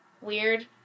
weird